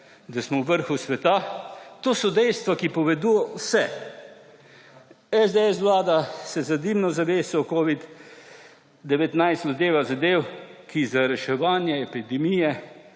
da smo v vrhu sveta. To so dejstva, ki povedo vse. SDS vlada se za dimno zaveso covida-19 loteva zadev, ki za reševanje epidemije